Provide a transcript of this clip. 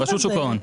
רשות שוק ההון.